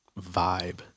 vibe